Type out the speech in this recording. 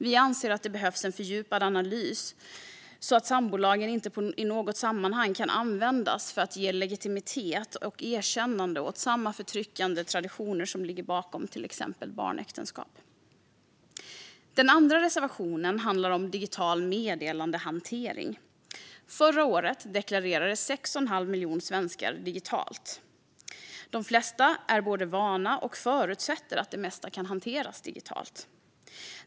Vi anser att det behövs en fördjupad analys så att inte sambolagen i något sammanhang kan användas för att ge legitimitet och erkännande åt samma förtryckande traditioner som ligger bakom till exempel barnäktenskap. Den andra reservationen handlar om digital meddelandehantering. Förra året deklarerade 6 1⁄2 miljon svenskar digitalt. De flesta är vana och förutsätter att det mesta kan hanteras digitalt.